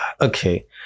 Okay